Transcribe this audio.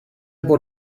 bod